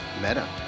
Meta